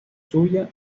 suya